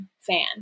fan